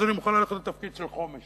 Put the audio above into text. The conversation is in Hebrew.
אז אני מוכן ללכת לתקציב של חומש.